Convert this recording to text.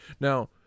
now